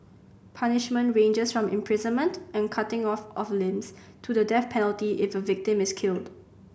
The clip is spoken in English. punishment ranges from imprisonment and cutting off of limbs to the death penalty if a victim is killed